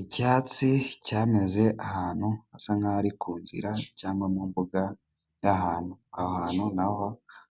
Icyatsi cyameze ahantu hasa nk'aho ari ku nzira cyangwa mu mbuga y'ahantu, aho hantu na ho